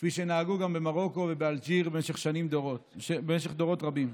כפי שנהגו גם במרוקו ובאלג'יר במשך דורות רבים.